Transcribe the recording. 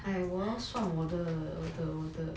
!aiya! 我要算我的我的